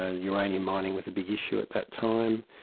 ah uranium mining was a big issue at that time,